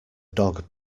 dog